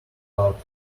out